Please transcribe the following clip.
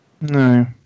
No